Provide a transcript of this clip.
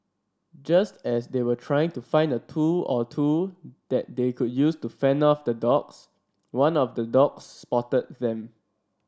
just as they were trying to find a tool or two that they could use to fend off the dogs one of the dogs spotted them